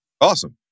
Awesome